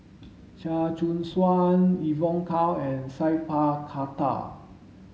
Chia Choo Suan Evon Kow and Sat Pal Khattar